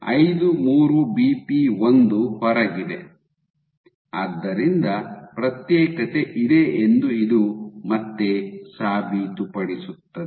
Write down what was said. ಆದ್ದರಿಂದ ಪ್ರತ್ಯೇಕತೆ ಇದೆ ಎಂದು ಇದು ಮತ್ತೆ ಸಾಬೀತುಪಡಿಸುತ್ತದೆ